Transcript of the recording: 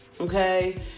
okay